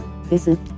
visit